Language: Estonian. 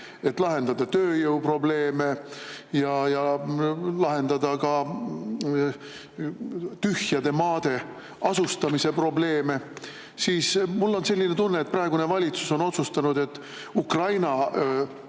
et lahendada tööjõuprobleeme ja lahendada ka tühjade maade asustamise probleeme. Mul on selline tunne, et praegune valitsus on otsustanud, et Ukraina